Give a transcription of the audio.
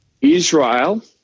Israel